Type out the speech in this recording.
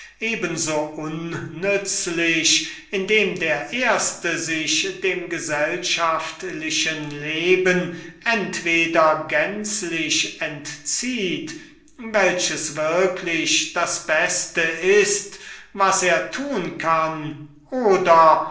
so unnützlich indem der erste sich dem gesellschaftlichen leben entweder gänzlich entzieht welches würklich das beste ist was er tun kann oder